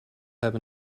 have